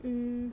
mm